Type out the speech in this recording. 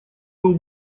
был